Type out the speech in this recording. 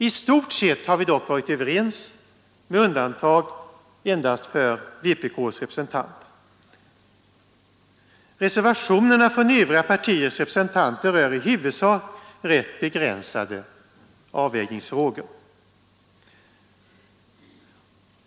I stort sett har vi dock varit överens, med undantag endast för vpk:s representant. Reservationerna från övriga partiers representanter rör i huvudsak rätt begränsade avvägningsfrågor.